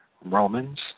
Romans